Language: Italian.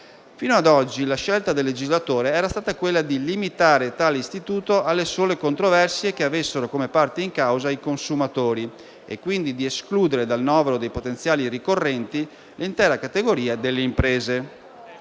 Fino ad oggi, la scelta del legislatore era stata quella di limitare tale istituto alle sole controversie che avessero come parte in causa i consumatori, e quindi di escludere dal novero dei potenziali ricorrenti l'intera categoria delle imprese.